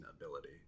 ability